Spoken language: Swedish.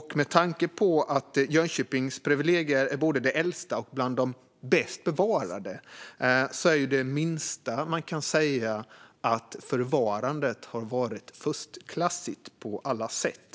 Med tanke på att Jönköpings privilegiebrev är både det äldsta och bland de bäst bevarade är det minsta man kan säga att förvarandet har varit förstklassigt på alla sätt.